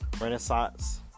renaissance